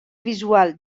visual